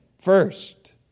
first